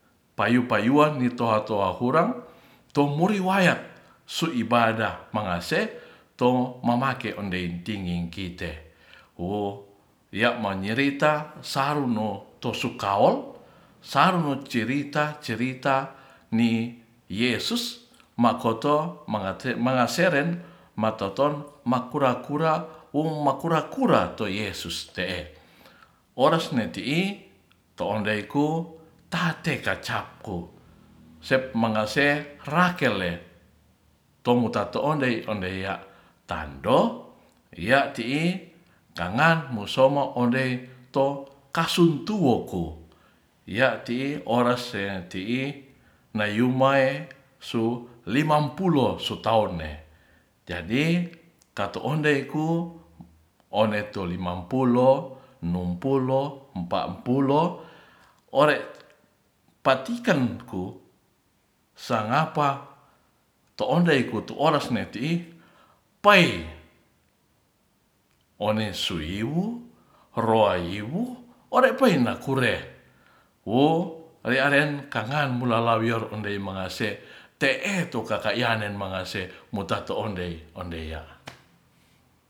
Payu'payuan witoha-toha hurang tumuri wayat su'ibadah mangase to mamake ondeing ting nginging kite wo ya'manyerita saruno tosukawol sarunocirita-cirita ni yesus makoto mangate mangaseren matoton makura-kura wum makura-kura to yesus te'e oresne ti'i to'ondeiku ta'teh kacapku sep mangase rakel le tomu'tato ondei- ya'tando ya'ti'i kangan musomo ondei to kasun tuwoku ya'ti'i oras seya ti'i nayum mae sulimampulo sutaun ne jadi tato ondei ku onde tu limampulo numpolo empapulo ore'patikan ku sangapa to'ondei ku tu'oras ne ti'i pai one suwiyu rowawiyu ore pai nakure wo rea re'en kangan mulalowiyaroondeima mangase te'te tu kakayanen mangase muta'to ondei ondei'ya'